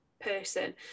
person